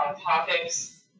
topics